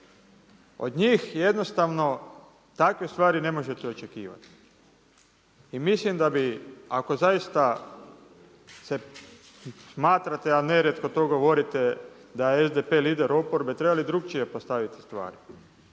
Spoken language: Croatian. Od njih jednostavno takve stvari ne možete očekivati. I mislim da bi ako zaista se smatrate, a nerijetko to govorite da je SDP lider oporbe trebali drukčije postaviti stvari.